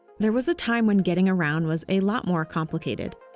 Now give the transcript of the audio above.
there was a time when getting around was a lot more complicated.